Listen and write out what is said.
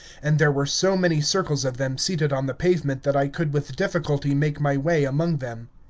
and there were so many circles of them seated on the pavement that i could with difficulty make my way among them.